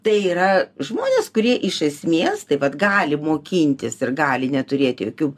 tai yra žmonės kurie iš esmės taip vat gali mokintis ir gali neturėt jokių